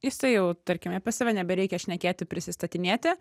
jisai jau tarkime apie save nebereikia šnekėti prisistatinėti